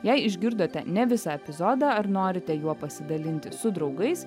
jei išgirdote ne visą epizodą ar norite juo pasidalinti su draugais